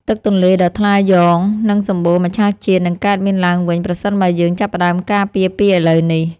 ទឹកទន្លេដ៏ថ្លាយ៉ង និងសម្បូរមច្ឆជាតិនឹងកើតមានឡើងវិញប្រសិនបើយើងចាប់ផ្តើមការពារពីឥឡូវនេះ។